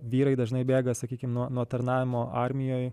vyrai dažnai bėga sakykim nuo nuo tarnavimo armijoj